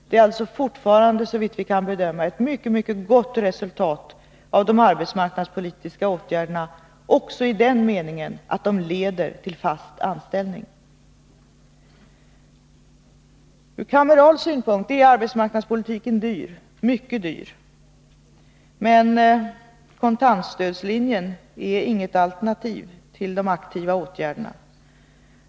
Vi har alltså fortfarande, såvitt man kan bedöma, ett mycket gott resultat av de arbetsmarknadspolitiska åtgärderna också i den meningen att de leder till fast anställning. Ur kameral synvinkel är arbetsmarknadspolitiken dyr, mycket dyr. Men kontantstödslinjen är inget alternativ till aktiva åtgärder.